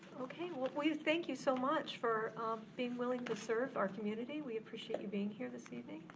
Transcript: okay, well we thank you so much for being willing to serve our community. we appreciate you being here this evening.